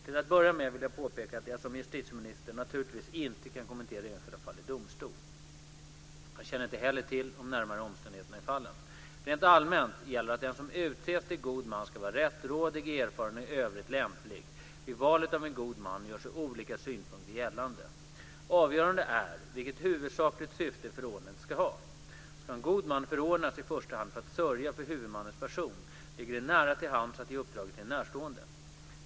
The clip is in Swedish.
Till att börja med vill jag påpeka att jag som justitieminister naturligtvis inte kan kommentera enskilda fall i domstol. Jag känner inte heller till de närmare omständigheterna i fallen. Rent allmänt gäller att den som utses till god man ska vara rättrådig, erfaren och i övrigt lämplig. Vid valet av en god man gör sig olika synpunkter gällande. Avgörande är vilket huvudsakligt syfte förordnandet ska ha. Ska en god man förordas i första hand för att sörja för huvudmannens person, ligger det nära till hands att ge uppdraget till en närstående.